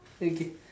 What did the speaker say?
okay